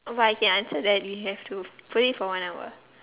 oh but you can answer that you have to play for one hour